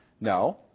No